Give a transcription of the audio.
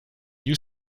you